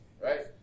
Right